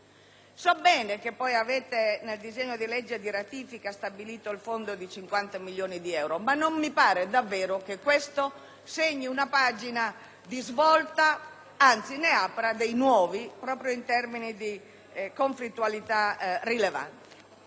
So bene che poi, nel disegno di legge di ratifica, è stato istituito un fondo di 50 milioni di euro, ma non mi pare davvero che questo segni una pagina di svolta, anzi mi pare ne apra di nuove proprio in termini di conflittualità rilevanti.